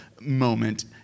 moment